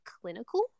clinical